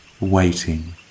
waiting